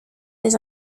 des